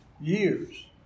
years